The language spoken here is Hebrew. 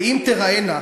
ואם תיראינה,